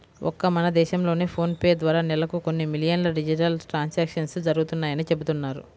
ఒక్క మన దేశంలోనే ఫోన్ పే ద్వారా నెలకు కొన్ని మిలియన్ల డిజిటల్ ట్రాన్సాక్షన్స్ జరుగుతున్నాయని చెబుతున్నారు